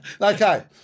okay